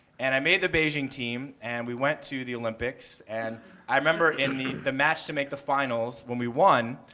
and i made the beijing team. and we went to the olympics. and i remember in the the match to make the finals, when we won,